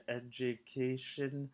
education